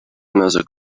another